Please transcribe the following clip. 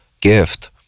gift